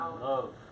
Love